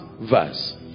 verse